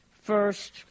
First